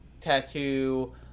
tattoo